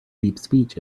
deepspeech